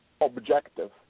objective